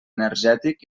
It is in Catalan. energètic